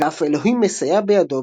ואף אלוהים מסייע בידו,